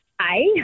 hi